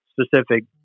specific